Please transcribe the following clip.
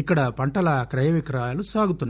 ఇక్కడ పంటల కయ విక్రయాలు సాగుతున్నాయి